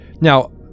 Now